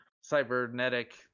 cybernetic